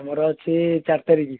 ଆମର ଅଛି ଚାରି ତାରିଖ